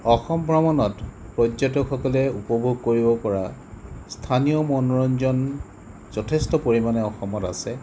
অসম ভ্ৰমণত পৰ্যটকসকলে উপভোগ কৰিব পৰা স্থানীয় মনোৰঞ্জন যথেষ্ট পৰিমাণে অসমত আছে